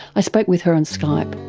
i spoke with her on skype.